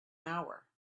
hour